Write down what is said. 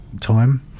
time